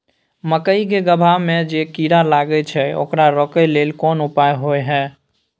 मकई के गबहा में जे कीरा लागय छै ओकरा रोके लेल कोन उपाय होय है?